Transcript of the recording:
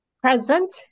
Present